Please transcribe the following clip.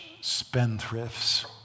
spendthrifts